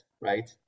right